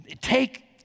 take